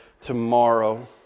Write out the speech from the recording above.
tomorrow